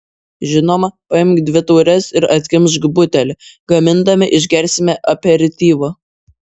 žinoma paimk dvi taures ir atkimšk butelį gamindami išgersime aperityvo